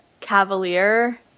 cavalier